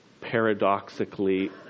paradoxically